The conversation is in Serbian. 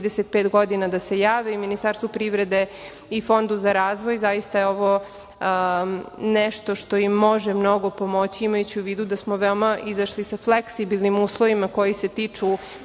da se jave Ministarstvu privrede i Fondu za razvoj. Dosta je ovo nešto što i može mnogo pomoći, imajući u vidu da smo veoma izašli sa fleksibilnim uslovima koji se tiču